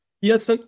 Yes